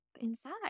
inside